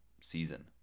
season